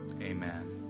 Amen